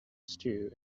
stew